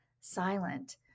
silent